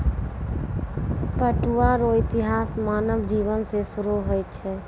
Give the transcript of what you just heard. पटुआ रो इतिहास मानव जिवन से सुरु होय छ